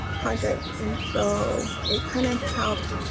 project. and so it kind of helps